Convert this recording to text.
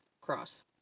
Cross